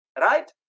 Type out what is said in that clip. right